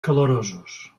calorosos